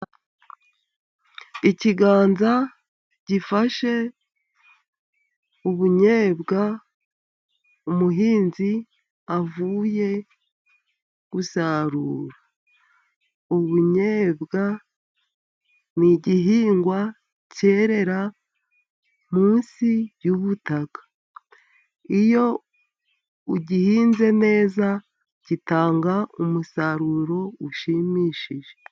Ikiganza gifashe ubunyobwa umuhinzi avuye gusarura, ubunyobwa n'igihingwa kerera munsi y'ubutaka, iyo ugihinze neza gitanga umusaruro ushimishije.